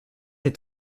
est